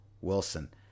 Wilson